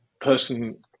person